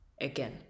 again